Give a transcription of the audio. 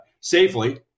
safely